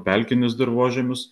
pelkinius dirvožemius